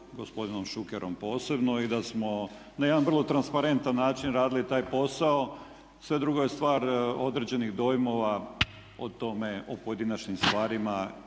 gospodinom Šukerom posebno i da smo na jedan vrlo transparentan način radili taj posao. Sve drugo je stvar određenih dojmova o tome, oo pojedinačnim stvarima